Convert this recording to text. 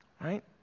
Right